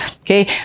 Okay